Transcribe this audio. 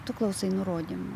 tu klausai nurodymų